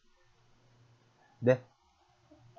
there